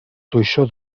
toisó